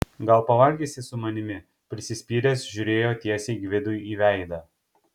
gal pavalgysi su manimi prisispyręs žiūrėjo tiesiai gvidui į veidą